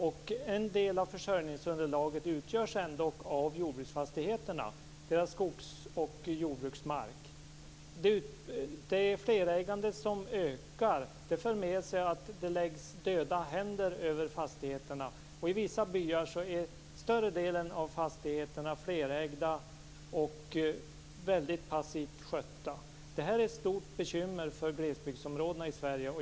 En del av försörjningsunderlaget utgörs ju av jordbruksfastigheterna och deras skogs och jordbruksmark. Att flerägandet ökar medför att det läggs döda händer över fastigheterna. I vissa byar är större delen av fastigheterna flerägda och väldigt passivt skötta. Detta är ett stort bekymmer för människor i glesbygdsområdena i Sverige.